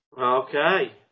Okay